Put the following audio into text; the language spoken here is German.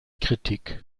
kritik